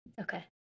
Okay